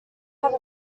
have